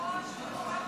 אתה מדבר לעצמך.